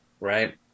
right